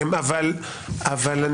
אתה